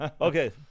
Okay